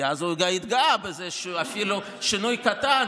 כי אז הוא עוד התגאה בזה שאפילו שינוי קטן